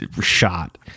shot